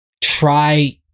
Try